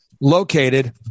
located